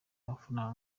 mafaranga